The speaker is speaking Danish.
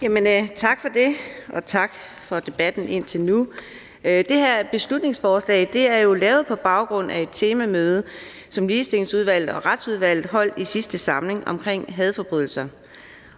Tak for det, og tak for debatten indtil nu. Det her beslutningsforslag er jo lavet på baggrund af et temamøde, som Ligestillingsudvalget og Retsudvalget holdt i sidste samling, om hadforbrydelser.